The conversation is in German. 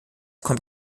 kommt